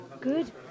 Good